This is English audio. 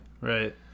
Right